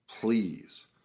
please